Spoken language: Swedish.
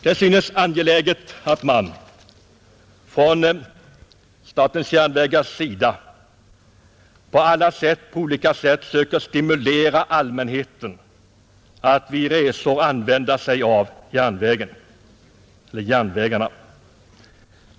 Det synes angeläget att statens järnvägar på olika sätt söker stimulera allmänheten att vid resor använda järnvägarna.